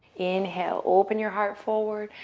inhale, open your heart forward.